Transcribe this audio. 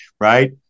right